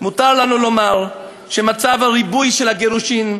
מותר לנו לומר שמצב הריבוי של הגירושין,